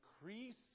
increase